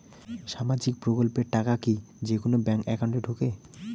সামাজিক প্রকল্পের টাকা কি যে কুনো ব্যাংক একাউন্টে ঢুকে?